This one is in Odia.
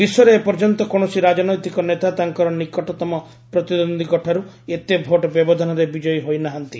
ବିଶ୍ୱରେ ଏପର୍ଯ୍ୟନ୍ତ କୌଣସି ରାଜନୈତିକ ନେତା ତାଙ୍କର ନିକଟତମ ପ୍ରତିଦ୍ୱନ୍ଦ୍ୱିଙ୍କ ଠାରୁ ଏତେ ଭୋଟ୍ ବ୍ୟବଧାନରେ ବିଜୟୀ ହୋଇନାହାନ୍ତି